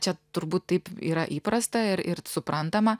čia turbūt taip yra įprasta ir ir suprantama